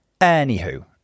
Anywho